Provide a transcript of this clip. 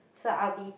so I will be